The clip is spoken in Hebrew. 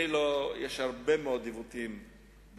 אני שואל את כבוד היושב-ראש,